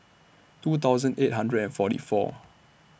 two thousand eight hundred and forty four